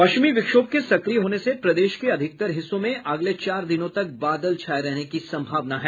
पश्चिमी विक्षोभ के सक्रिय होने से प्रदेश के अधिकतर हिस्सों में अगले चार दिनों तक बादल छाये रहने की संभावना है